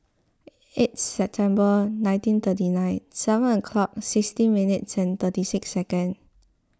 eight September nineteen thirty nine seven o'clock sixteen minutes and thirty six seconds